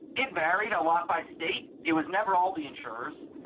it varied a lot by state. it was never all the insurers.